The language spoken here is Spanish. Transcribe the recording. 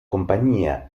compañía